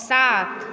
सात